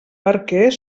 barquer